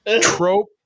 trope